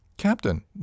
Captain